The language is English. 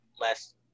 less